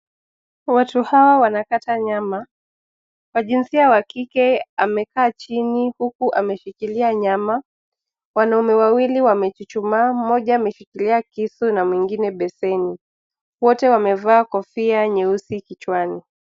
Watu hawa wanakata nyama wa jinsia wa kike amekaa chini huku ameshilkilia nyama. Wanaume wawili wamechuchumaa mmoja ameshikilia kisu na mwingine besheni wote wamevaa kofia nyeusi kichwani.